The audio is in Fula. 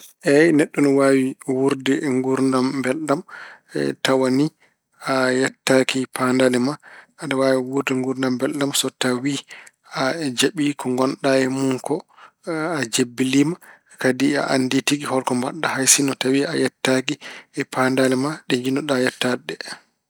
Eey, neɗɗo ene waawi wuurde e nguurdam mbelɗam tawa ni a yettaaki paandale ma. Aɗa waawi wuurde nguurdam mbelɗam so tawi a jaɓii ko ngonɗa e mun ko, a jebbiliima. Kadi a anndi tigi holko mbaɗɗa hay sinno tawi a yettaaki paandale ma ɗe njiɗnoɗa yettaade ɗe.